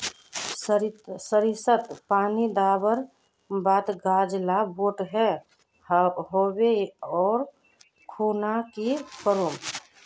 सरिसत पानी दवर बात गाज ला बोट है होबे ओ खुना की करूम?